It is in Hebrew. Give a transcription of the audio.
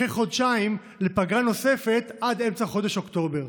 אחרי חודשיים, לפגרה נוספת עד אמצע חודש אוקטובר.